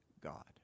God